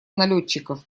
налетчиков